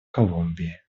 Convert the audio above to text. колумбии